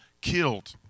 killed